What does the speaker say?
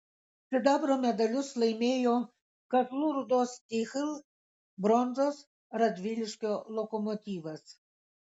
sidabro medalius laimėjo kazlų rūdos stihl bronzos radviliškio lokomotyvas